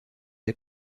des